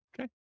okay